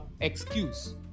excuse